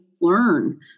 learn